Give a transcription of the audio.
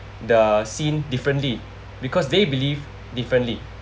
the scene differently because they believe differently